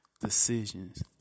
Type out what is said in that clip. decisions